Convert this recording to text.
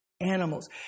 animals